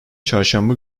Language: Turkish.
çarşamba